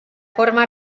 forma